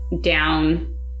down